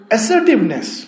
Assertiveness